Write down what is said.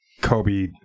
Kobe